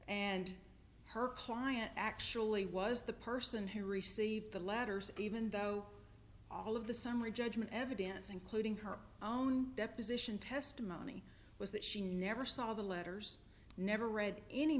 and her client actually was the person who received the letters even though all of the summary judgment evidence including her own deposition testimony was that she never saw the letters never read any